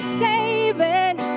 saving